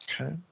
okay